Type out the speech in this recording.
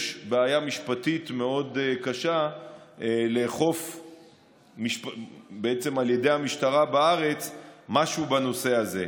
יש בעיה משפטית מאוד קשה לאכוף על ידי המשטרה בארץ משהו בנושא הזה.